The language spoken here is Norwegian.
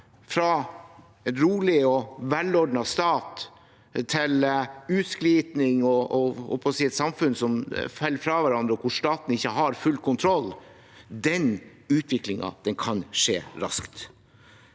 fra en rolig og velordnet stat til utglidning og et samfunn som faller fra hverandre, og hvor staten ikke har full kontroll, kan skje raskt.